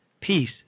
Peace